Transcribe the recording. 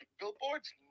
Billboards